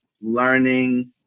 learning